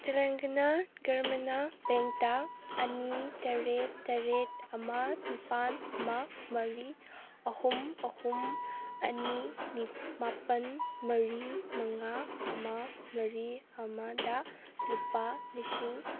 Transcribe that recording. ꯇꯦꯂꯡꯒꯅꯥ ꯒ꯭ꯔꯃꯤꯟ ꯕꯦꯡꯇ ꯑꯅꯤ ꯇꯔꯦꯠ ꯇꯔꯦꯠ ꯑꯃ ꯅꯤꯄꯥꯜ ꯑꯃ ꯃꯔꯤ ꯑꯍꯨꯝ ꯑꯍꯨꯝ ꯑꯅꯤ ꯃꯥꯄꯜ ꯃꯔꯤ ꯃꯉꯥ ꯑꯃ ꯃꯔꯤ ꯑꯃꯗ ꯂꯨꯄꯥ ꯂꯤꯁꯤꯡ